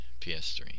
PS3